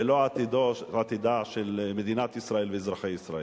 ולא את עתידם של מדינת ישראל ואזרחי ישראל.